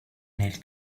nel